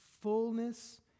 fullness